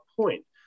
point